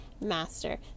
master